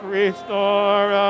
restore